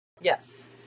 Yes